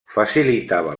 facilitava